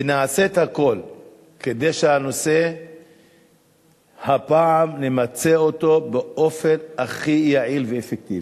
ונעשה את הכול כדי שהפעם נמצה את הנושא באופן הכי יעיל ואפקטיבי.